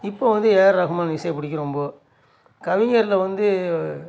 இப்ப வந்து ஏ ஆர் ரகுமான் இசை பிடிக்கும் ரொம்ப கவிஞரில் வந்து